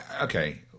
Okay